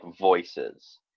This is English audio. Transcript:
voices